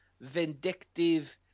vindictive